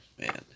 Man